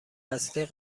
اصلی